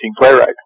playwright